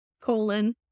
colon